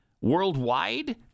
worldwide